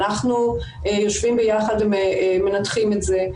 אנחנו יושבים ביחד ומנתחים את זה.